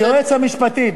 היועץ המשפטי.